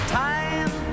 time